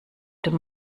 dem